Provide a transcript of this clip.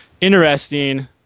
interesting